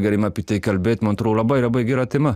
galima apie tai kalbėt man atro labai labai gera tema